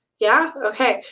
yeah? okay.